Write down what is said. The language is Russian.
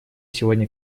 сегодня